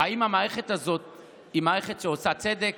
האם המערכת הזאת היא מערכת שעושה צדק?